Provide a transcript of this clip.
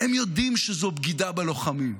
הם יודעים שזו בגידה בלוחמים,